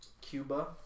Cuba